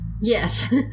Yes